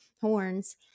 horns